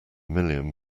million